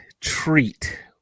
treat